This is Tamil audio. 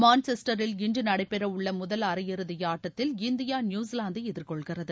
மான்செஸ்டரில் இன்று நடைபெறவுள்ள முதல் அரையிறுதி ஆட்டத்தில் இந்தியா நியூசிலாந்தை எதிர்கொள்கிறது